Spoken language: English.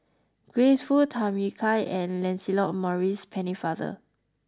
Grace Fu Tham Yui Kai and Lancelot Maurice Pennefather